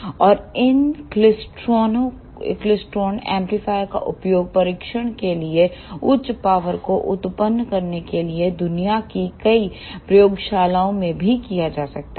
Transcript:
और इनक्लीस्टरोण एम्पलीफायरों का उपयोग परीक्षण के लिए उच्च पावर को उत्पन्न करने के लिए दुनिया की कई प्रयोगशालाओं में भी किया जाता है